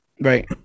right